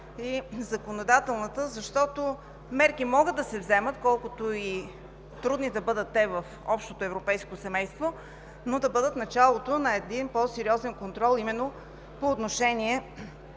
и законодателната, защото мерки могат да се вземат, колкото и трудни да бъдат те, в общото европейско семейство, но да бъдат началото на един по-сериозен контрол именно по отношение